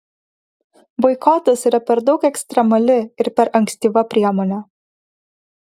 boikotas yra per daug ekstremali ir per ankstyva priemonė